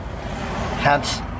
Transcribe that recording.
Hence